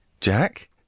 Jack